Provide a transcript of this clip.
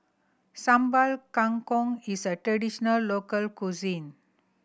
Sambal Kangkong is a traditional local cuisine